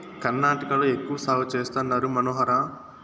కర్ణాటకలో ఎక్కువ సాగు చేస్తండారు మనోహర